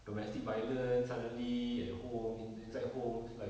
domestic violence suddenly at home in~ inside homes like